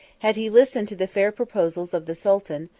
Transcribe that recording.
had he listened to the fair proposals of the sultan,